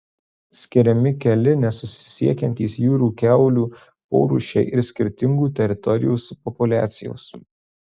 skiriami keli nesusisiekiantys jūrų kiaulių porūšiai ir skirtingų teritorijų subpopuliacijos